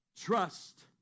trust